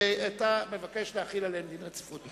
87) ואתה מבקש להחיל עליהן דין רציפות.